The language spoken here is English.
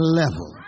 level